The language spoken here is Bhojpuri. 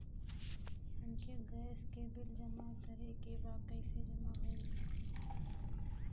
हमके गैस के बिल जमा करे के बा कैसे जमा होई?